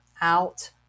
out